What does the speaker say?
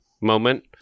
moment